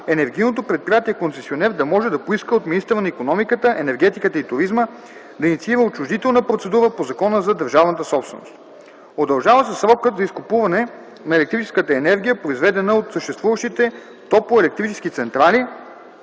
енергийното предприятие концесионер да може да поиска от министъра на икономиката, енергетиката и туризма да инициира отчуждителна процедура по Закона за държавната собственост. Удължава се срокът за изкупуване на електрическата енергия, произведена от съществуващите топлоелектрически централи